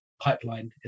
pipeline